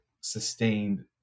sustained